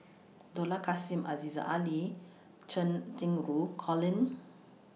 Dollah Kassim Aziza Ali Cheng Xinru Colin